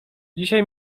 dzisiaj